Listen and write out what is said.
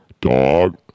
dog